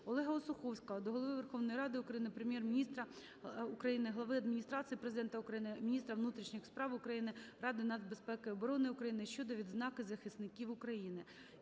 Олега Осуховського до Голови Верховної Ради України, Прем'єр-міністра України, Глави Адміністрації Президента України, міністра внутрішніх справ України, Ради нацбезпеки і оборони України щодо відзнаки захисників України.